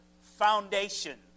foundation